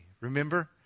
remember